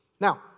Now